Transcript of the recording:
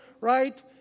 right